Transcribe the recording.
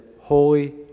Holy